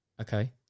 okay